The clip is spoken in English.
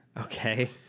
Okay